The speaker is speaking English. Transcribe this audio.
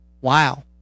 wow